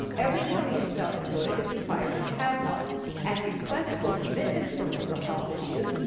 every county in south dakota is required to have one and requests for commitments for mental health issues,